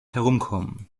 herumkommen